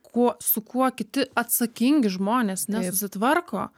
kuo su kuo kiti atsakingi žmonės nesusitvarko